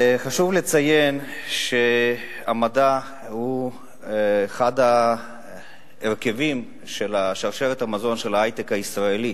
חשוב לציין שהמדע הוא אחד המרכיבים של שרשרת המזון של ההיי-טק הישראלי,